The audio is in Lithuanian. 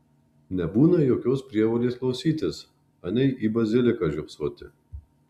nebūna jokios prievolės klausytis anei į basiliską žiopsoti